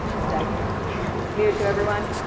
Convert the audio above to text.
is that clear to everyone?